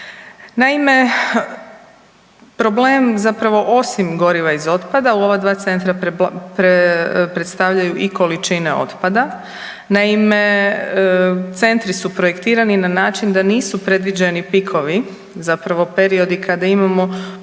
Naime, problem zapravo osim goriva iz otpada u ova dva centra predstavljaju i količine otpada. Naime, centri su projektirani na način da nisu predviđeni pikovi, zapravo periodi kada imamo